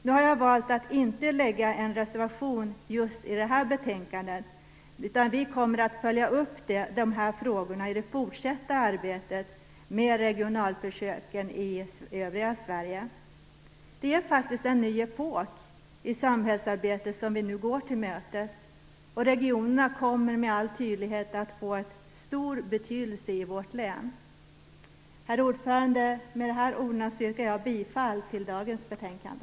Jag har valt att inte foga en reservation till just det här betänkandet. Vi kommer i stället att följa upp de här frågorna i det fortsatta arbetet med regionalförsöken i övriga Sverige. Det är faktiskt en ny epok i samhällsarbetet som vi nu går till mötes. Regionerna kommer med all tydlighet att få en stor betydelse i vårt län. Herr talman! Med dessa ord yrkar jag bifall till dagens betänkande.